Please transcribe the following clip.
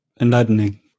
enlightening